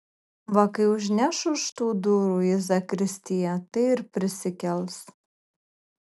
va kai užneš už tų durų į zakristiją tai ir prisikels